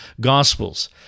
Gospels